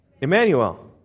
Emmanuel